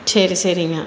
சரி சரிங்க